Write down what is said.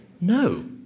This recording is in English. No